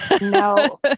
no